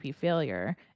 failure